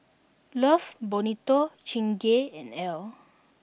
love Bonito Chingay and Elle